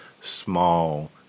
small